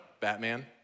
Batman